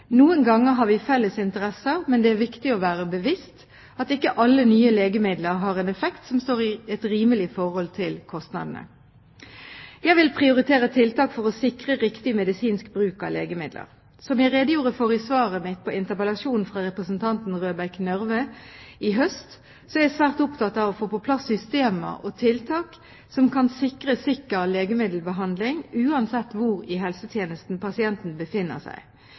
Noen ganger har vi felles interesser, men det er viktig å være seg bevisst at ikke alle nye legemidler har en effekt som står i et rimelig forhold til kostnadene. Jeg vil prioritere tiltak for å sikre riktig medisinsk bruk av legemidler. Som jeg redegjorde for i svaret mitt på interpellasjonen fra representanten Røbekk Nørve i høst, er jeg svært opptatt av å få på plass systemer og tiltak som kan sikre sikker legemiddelbehandling, uansett hvor i helsetjenesten pasienten befinner seg.